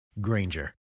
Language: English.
Granger